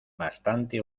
bastante